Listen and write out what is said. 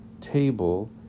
table